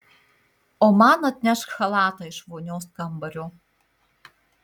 o man atnešk chalatą iš vonios kambario